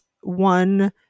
one